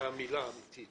אלה המילים האמיתיות